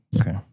Okay